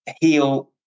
heal